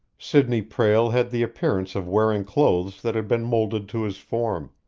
sidney prale had the appearance of wearing clothes that had been molded to his form.